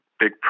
big